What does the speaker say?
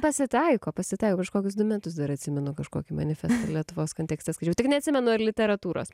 pasitaiko pasitaiko kažkokius du metus dar atsimenu kažkokį manifestą lietuvos kontekste skaičiau tik neatsimenu ar literatūros